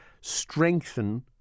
strengthen